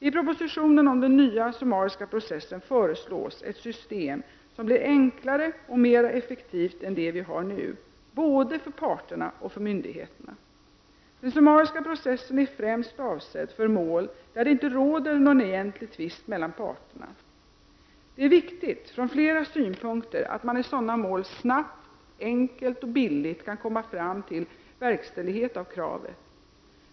I propositionen om den nya summariska processen föreslås ett system som blir enklare och mera effektivt än det vi har nu, både för parterna och för myndigheterna. Den summariska processen är främst avsedd för mål där det inte råder någon egentlig tvist mellan parterna. Det är viktigt från flera synpunkter att man i sådana mål snabbt, enkelt och billigt kan komma fram till verkställighet av kravet.